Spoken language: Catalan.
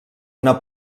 una